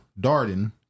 Darden